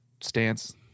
stance